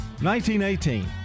1918